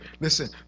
Listen